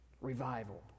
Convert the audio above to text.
Revival